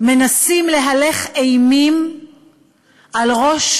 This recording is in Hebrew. מנסים להלך אימים על ראש